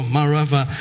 Marava